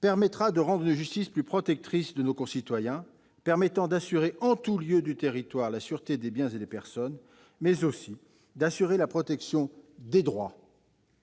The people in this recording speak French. permettra de rendre une justice plus protectrice de nos concitoyens afin que soient assurées, en tout lieu du territoire, la sûreté des biens et des personnes, mais aussi la protection des droits